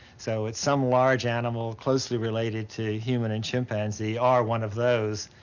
so it's some large animal closely related to human and chimpanzee or one of those.